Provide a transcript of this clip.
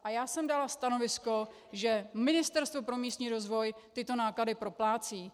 A já jsem dala stanovisko, že Ministerstvo pro místní rozvoj tyto náklady proplácí.